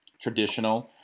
traditional